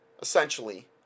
essentially